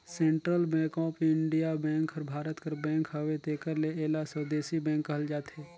central bank of India bank हर भारत कर बेंक हवे तेकर ले एला स्वदेसी बेंक कहल जाथे